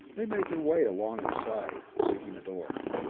they made their way along its side, seeking a door.